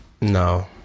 no